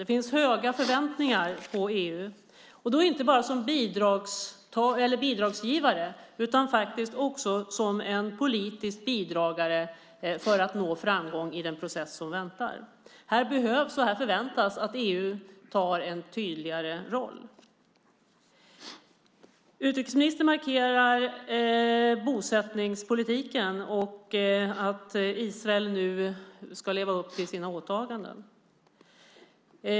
Det finns höga förväntningar på EU, och då inte bara som bidragsgivare utan också som en politisk bidragare i arbetet för att nå framgång i den process som väntar. Det förväntas att EU tar på sig en tydligare roll. Utrikesministern markerar bosättningspolitiken och att Israel nu ska leva upp till sina åtaganden.